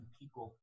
people